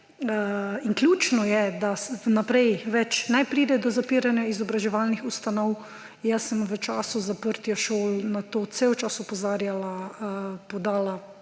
Ključno je, da za naprej več ne pride do zapiranja izobraževalnih ustanov. V času zaprtja šol sem na to cel čas opozarjala, podala